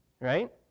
right